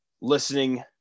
listening